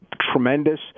tremendous